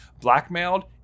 blackmailed